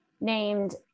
named